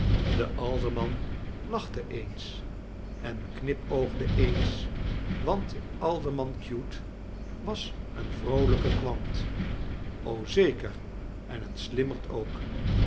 de alderman lachte eens en knipoogde eens want alderman cute was een vroolijke kwant o zeker en een slimmerd ook